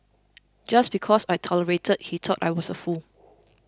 just because I tolerated he thought I was a fool